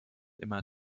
immer